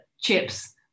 chips